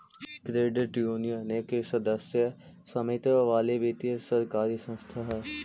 credit union एक सदस्य स्वामित्व वाली वित्तीय सरकारी संस्था हइ